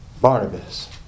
Barnabas